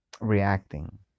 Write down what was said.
reacting